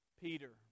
Peter